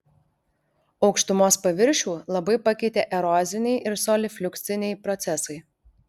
aukštumos paviršių labai pakeitė eroziniai ir solifliukciniai procesai